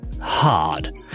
hard